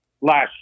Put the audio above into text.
last